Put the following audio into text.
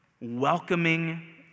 welcoming